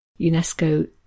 UNESCO